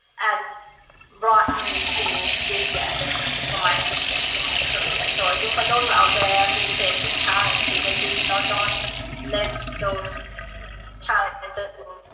has brought me to this day for my success in my career. so i mean for those out there and facing challenges, i mean you know don't let those challenges and so